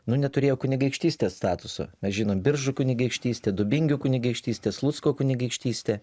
nu turėjo kunigaikštystės statuso mes žinom biržų kunigaikštystė dubingių kunigaikštystė slucko kunigaikštystė